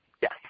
Yes